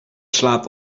slaapt